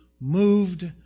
moved